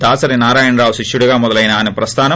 దాసరి నారాయణ రావు శిష్యుడిగా మొదలైన అయన ప్రస్థానం